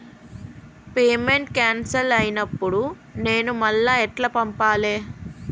Payment cancel అయినపుడు నేను మళ్ళా ఎట్ల పంపాలే?